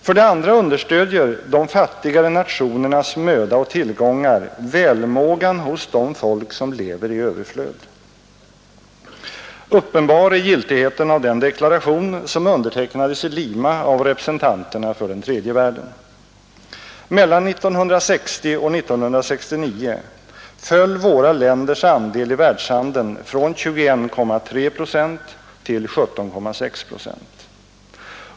För det andra understödjer de fattigare nationernas möda och tillgångar välmågan hos de folk som lever i överflöd. Uppenbar är giltigheten av den deklaration som undertecknades i Lima av representanterna för den tredje världen. Mellan 1960 och 1969 föll våra länders andel i världshandeln från 21,3 procent till 17,6 procent.